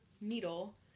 needle